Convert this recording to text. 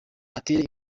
atere